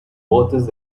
botes